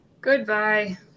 Goodbye